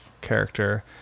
Character